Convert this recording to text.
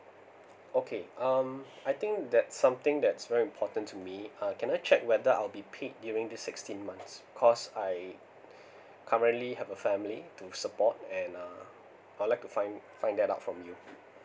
okay um I think that's something that's very important to me uh can I check whether I'll be paid during this sixteen months cause I currently have a family to support and uh I'd like find find that out from you